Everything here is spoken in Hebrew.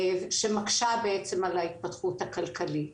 שמקשה על ההתפתחות הכלכלית.